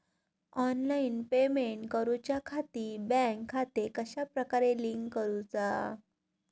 Online payment करुच्याखाती bank खाते कश्या प्रकारे लिंक करुचा?